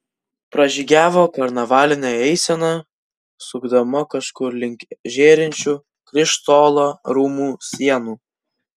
pražygiavo karnavalinė eisena sukdama kažkur link žėrinčių krištolo rūmų sienų